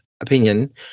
opinion